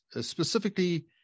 specifically